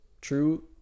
true